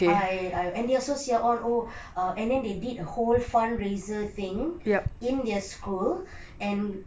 I I and they are so siao on and then they did a whole fundraiser thing in their school and